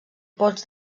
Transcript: pots